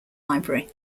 library